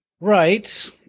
Right